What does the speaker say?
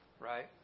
Right